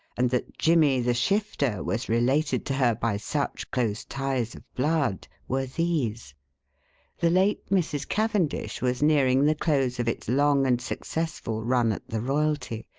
and that jimmy the shifter was related to her by such close ties of blood, were these the late mrs. cavendish was nearing the close of its long and successful run at the royalty,